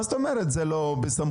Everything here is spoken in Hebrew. מה זאת אומרת זה לא בסמכותנו?